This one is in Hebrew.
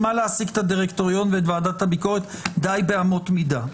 מה להעסיק את הדירקטוריון ואת ועדת הביקורת דיי באמות מידה.